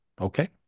okay